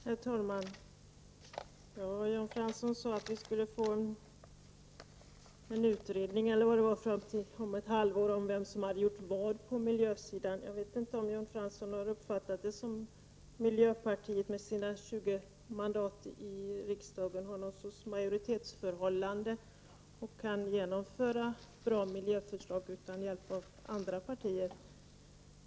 Herr talman! Jan Fransson sade att vi om ett halvår skulle få en utredning, eller vad det var, om vem som hade gjort vad på miljösidan. Jag vet inte om Jan Fransson har uppfattat saken så, att miljöpartiet med sina 20 mandat i riksdagen har något slags majoritet, så att miljöpartiet kan genomföra bra miljöförslag utan hjälp av andra partier.